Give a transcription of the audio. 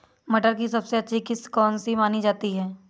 मटर की सबसे अच्छी किश्त कौन सी मानी जाती है?